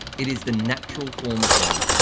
it is the natural form of bowling,